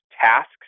tasks